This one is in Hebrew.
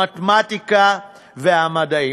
המתמטיקה והמדעים.